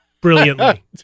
brilliantly